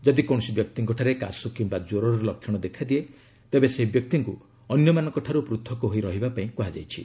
ଯଦି କୌଣସି ବ୍ୟକ୍ତିଙ୍କଠାରେ କାଶ କିମ୍ବା ଜ୍ୱରର ଲକ୍ଷଣ ଦେଖାଦିଏ ତେବେ ସେହି ବ୍ୟକ୍ତିଙ୍କୁ ଅନ୍ୟମାନଙ୍କଠାରୁ ପୃଥକ ହୋଇ ରହିବା ପାଇଁ କୁହାଯାଇଛି